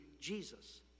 Jesus